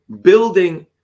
building